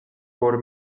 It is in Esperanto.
por